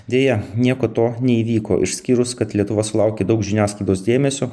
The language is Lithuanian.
deja nieko to neįvyko išskyrus kad lietuva sulaukė daug žiniasklaidos dėmesio